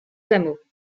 hameaux